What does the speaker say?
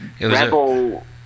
Rebel